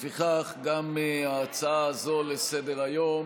לפיכך גם ההצעה הזאת לסדר-היום